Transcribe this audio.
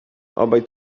obaj